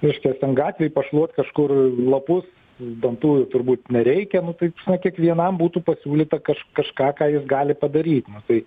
reiškias ten gatvėj pašluot kažkur lapus dantų turbūt nereikia nu taip kiekvienam būtų pasiūlyta kaž kažką ką jis gali padaryt nu tai